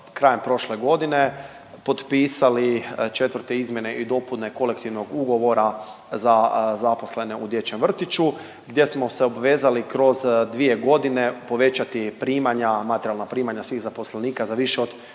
krajem prošle godine potpisali 4. izmjene i dopune Kolektivnog ugovora za zaposlene u dječjem vrtiću, gdje smo se obvezali kroz 2 godine povećati primanja, materijalna primanja svih zaposlenika za više od